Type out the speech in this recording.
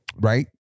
right